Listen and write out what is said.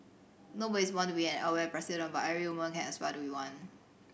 nobody is born to be an Aware president but every woman can aspire to be one